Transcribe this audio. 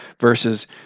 versus